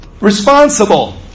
Responsible